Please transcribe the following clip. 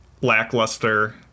lackluster